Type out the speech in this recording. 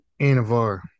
Anavar